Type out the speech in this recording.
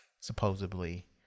Supposedly